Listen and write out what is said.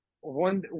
One